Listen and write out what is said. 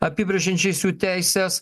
apibrėžiančiais jų teises